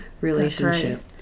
Relationship